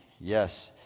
yes